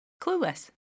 Clueless